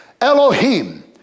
Elohim